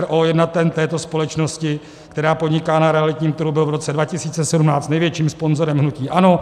Jednatel této společnosti, která podniká na realitním trhu, byl v roce 2017 největším sponzorem hnutí ANO.